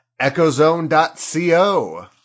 echozone.co